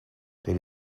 there